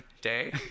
day